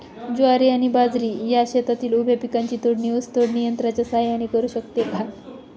ज्वारी आणि बाजरी या शेतातील उभ्या पिकांची तोडणी ऊस तोडणी यंत्राच्या सहाय्याने करु शकतो का?